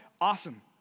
Awesome